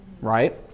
right